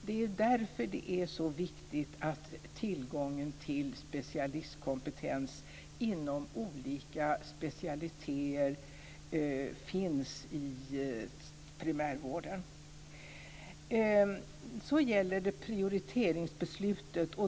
Det är därför det är så viktigt att tillgången till specialistkompetens inom olika specialiteter finns i primärvården. Så gäller det prioriteringsbeslutet.